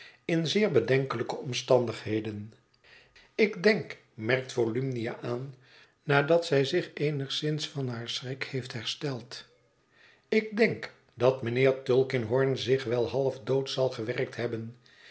in zeer bedenkelijke omstandigheden ik denk merkt volumnia aan nadat zij zich eenigszins van haar schrik heeft hersteld ik denk dat mijnheer tulkinghorn zich wel half dood zal gewerkt hebben